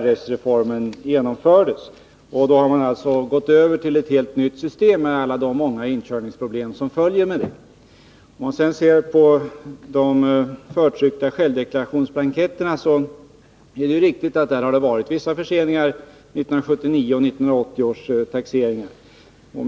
RS-reformen genomfördes. Man har alltså gått över till ett helt nytt system, med de många inkörningsproblem som följer med det. Det är riktigt att det har varit vissa förseningar med de förtryckta självdeklarationerna vid 1979 och 1980 års taxeringar.